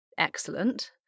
excellent